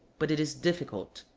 but it is difficult.